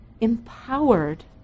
empowered